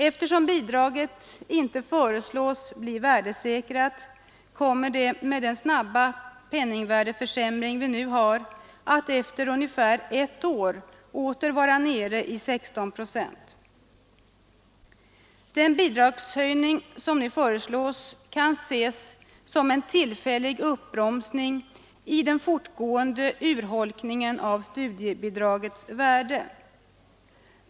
Eftersom bidraget inte föreslås bli värdesäkrat kommer det — med den snabba penningvärdeförsämring vi nu har — att efter ungefär ett år åter vara nere i 16 procent. Den bidragshöjning som nu föreslås kan ses som en tillfällig uppbromsning i den fortgående urholkningen av studiebidragets värde.